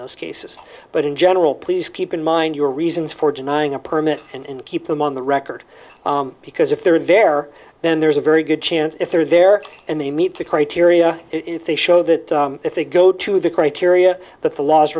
those cases but in general please keep in mind your reasons for denying a permit and keep them on the record because if they're there then there's a very good chance if they're there and they meet the criteria if they show that if they go to the criteria that the laws